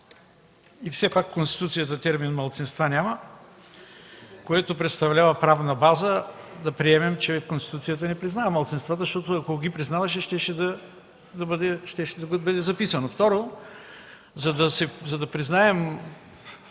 И все пак в Конституцията термин „малцинства” няма, което представлява правна база да приемем, че Конституцията не признава малцинствата, защото ако ги признаваше, щеше да е записано. Второ, за да признаем